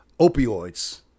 opioids